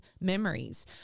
memories